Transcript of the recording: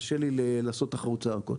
קשה לי לעשות תחרות צעקות.